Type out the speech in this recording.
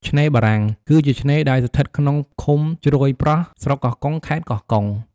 ឆ្នេរបារាំង គឺជាឆ្នេរដែលស្ថិតក្នុងឃុំជ្រោយប្រស់ ស្រុកកោះកុង ខេត្តកោះកុង។